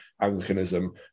Anglicanism